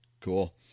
cool